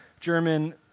German